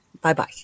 Bye-bye